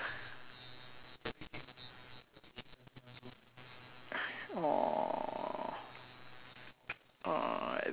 !aww!